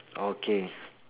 okay